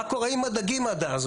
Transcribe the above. מה קורה עם הדגים עד אז?